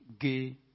gay